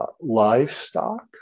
livestock